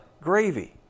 gravy